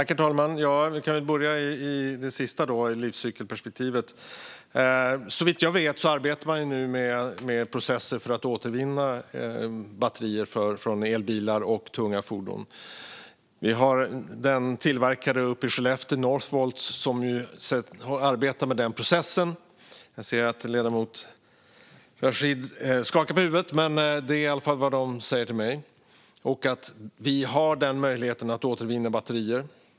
Herr talman! Jag kan börja med det sista: livscykelperspektivet. Såvitt jag vet arbetar man nu med processer för att återvinna batterier från elbilar och tunga fordon. Vi har en tillverkare uppe i Skellefteå, Northvolt, som arbetar med den processen. Jag ser att ledamoten Rashid Farivar skakar på huvudet, men det är i alla fall vad de säger till mig. Vi har möjligheten att återvinna batterier.